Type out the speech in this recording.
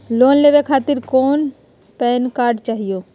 Loan लेवे खातीर PAN card चाहियो?